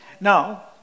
Now